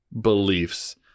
beliefs